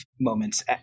moments